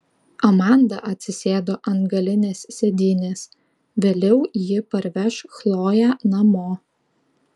amanda atsisėdo ant galinės sėdynės vėliau ji parveš chloję namo